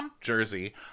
Jersey